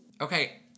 Okay